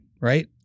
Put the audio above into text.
right